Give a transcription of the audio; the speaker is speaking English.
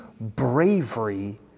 bravery